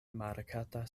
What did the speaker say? markata